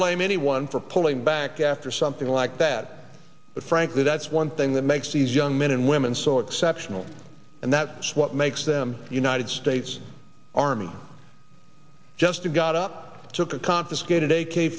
blame anyone for pulling back after something like that but frankly that's one thing that makes these young men and women so exceptional and that's what makes them united states army just got up took a confiscated a